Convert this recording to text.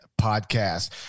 podcast